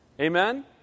Amen